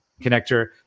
connector